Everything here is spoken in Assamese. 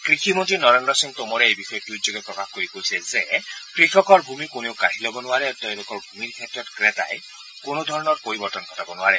কৃষি মন্ত্ৰী নৰেন্দ্ৰ সিং টোমৰে এই বিষয়ে টুইটযোগে প্ৰকাশ কৰি কৈছে যে কৃষকৰ ভূমি কোনেও কাঢ়ি ল'ব নোৱাৰে আৰু তেওঁলোকৰ ভূমিৰ ক্ষেত্ৰত ক্ৰেতাই কোনোধৰণৰ পৰিৱৰ্তন ঘটাব নোৱাৰে